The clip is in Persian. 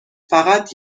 فقط